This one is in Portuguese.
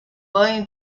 banho